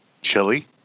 Chili